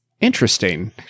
interesting